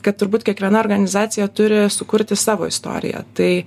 kad turbūt kiekviena organizacija turi sukurti savo istoriją tai